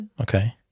okay